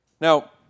Now